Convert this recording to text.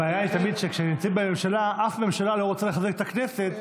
הבעיה היא תמיד שכשנמצאים בממשלה אף ממשלה לא רוצה לחזק את הכנסת.